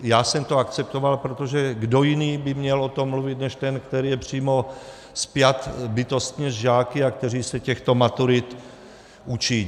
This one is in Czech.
Já jsem to akceptoval, protože kdo jiný by měl o tom mluvit než ten, který je přímo spjat bytostně s žáky a který se těchto maturit učí.